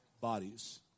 bodies